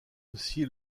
aussi